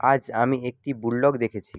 আজ আমি একটি বুলডগ দেখেছি